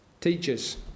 teachers